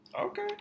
okay